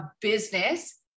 business